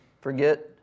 forget